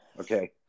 okay